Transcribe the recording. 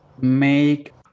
make